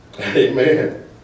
Amen